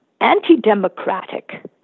anti-democratic